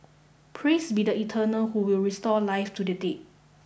praise be the eternal who will restore life to the dead